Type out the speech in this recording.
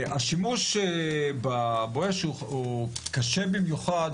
השימוש ב"בואש" הוא קשה במיוחד,